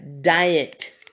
diet